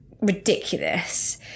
ridiculous